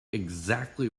exactly